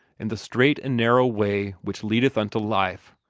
in the straight an' narrow way which leadeth unto life.